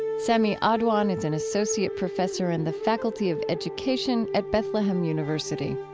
sami adwan is an associate professor in the faculty of education at bethlehem university